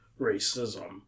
racism